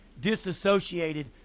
disassociated